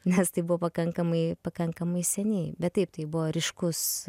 nes tai buvo pakankamai pakankamai seniai bet taip tai buvo ryškus